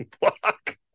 block